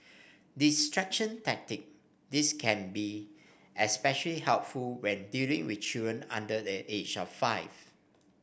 distraction tactic this can be especially helpful when dealing with children under the age of five